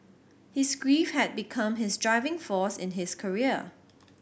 his grief had become his driving force in his career